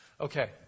Okay